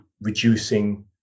reducing